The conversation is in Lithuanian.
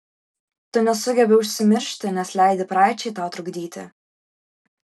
tu nesugebi užsimiršti nes leidi praeičiai tau trukdyti